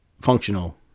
functional